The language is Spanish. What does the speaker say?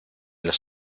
los